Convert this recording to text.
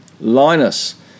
Linus